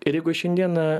ir jeigu šiandieną